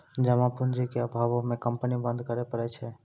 जमा पूंजी के अभावो मे कंपनी बंद करै पड़ै छै